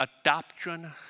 adoption